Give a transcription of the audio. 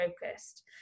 focused